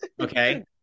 Okay